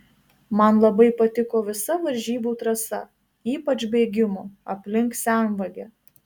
man labai patiko visa varžybų trasa ypač bėgimo aplink senvagę